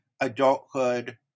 adulthood